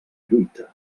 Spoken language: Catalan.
lluita